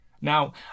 Now